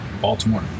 Baltimore